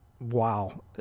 wow